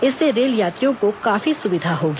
इससे रेल यात्रियों को काफी सुविधा होगी